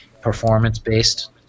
performance-based